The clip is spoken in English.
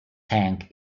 tank